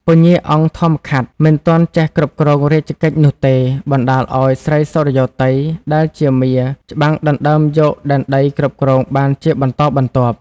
ពញ្ញាអង្គធម្មខាត់ មិនទាន់ចេះគ្រប់គ្រងរាជកិច្ចនោះទេ បណ្ដាលឱ្យ ស្រីសុរិយោទ័យដែលជាមារ ច្បាំងដណ្ដើមយកដែនដីគ្រប់គ្រងបានជាបន្តបន្ទាប់។